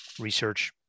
research